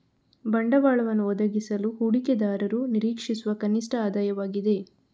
ಬಂಡವಾಳವನ್ನು ಒದಗಿಸಲು ಹೂಡಿಕೆದಾರರು ನಿರೀಕ್ಷಿಸುವ ಕನಿಷ್ಠ ಆದಾಯವಾಗಿದೆ